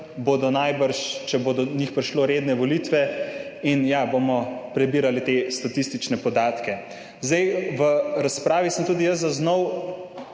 bodo najbrž, če bo do njih prišlo, redne volitve in bomo prebirali te statistične podatke. V razpravi sem tudi jaz zaznal,